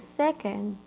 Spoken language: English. second